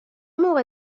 موقع